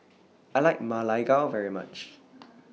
I like Ma Lai Gao very much